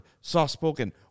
soft-spoken